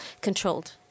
controlled